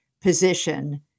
position